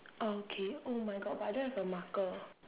okay oh my god but I don't have a marker